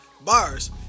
Bars